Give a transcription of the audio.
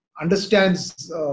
understands